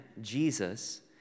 Jesus